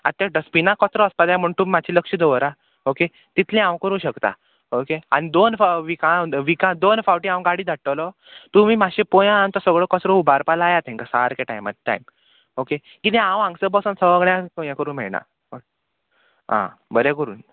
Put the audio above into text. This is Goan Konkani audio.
आतां डस्टबिना कचरो आसपा जाय म्हण तुमी मात्शें लक्ष दवरा ओके तितलें हांव करूं शकतां ओके आनी दोन फाव दोन विका दोन फावटी हांव गाडी धाडटलों तुमी मात्शें पया आतां सगळो कचरो उबारपा लायात तेंका सारके टायमार टायम ओके कित्या हांव हांगसर बसोन सगळ्यांक हें करूं मेळना आं बरें करून